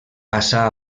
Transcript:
passà